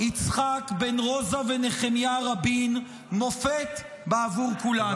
-- יצחק בן רוזה ונחמיה רבין, מופת בעבור כולנו.